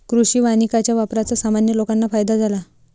कृषी वानिकाच्या वापराचा सामान्य लोकांना फायदा झाला